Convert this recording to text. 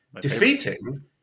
defeating